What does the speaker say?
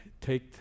take